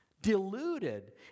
deluded